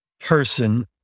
person